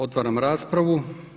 Otvaram raspravu.